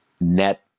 net